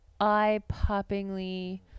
eye-poppingly